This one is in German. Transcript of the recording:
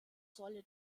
solle